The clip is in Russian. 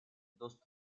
доступ